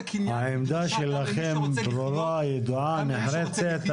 העמדה שלכם ברורה, ידועה, נחרצת.